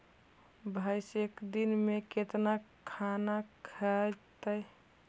भैंस एक दिन में केतना खाना खैतई?